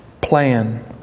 plan